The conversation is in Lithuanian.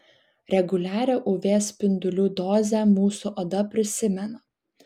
reguliarią uv spindulių dozę mūsų oda prisimena